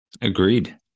Agreed